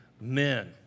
men